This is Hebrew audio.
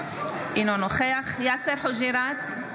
אינו נוכח יאסר חוג'יראת,